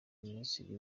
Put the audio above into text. minisitiri